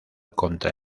contra